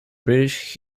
british